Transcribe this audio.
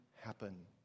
happen